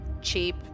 cheap